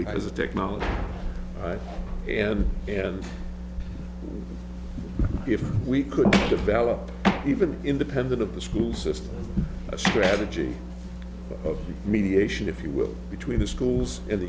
because of technology and if we could develop even independent of the school system a strategy of mediation if you will between the schools and the